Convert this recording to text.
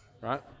right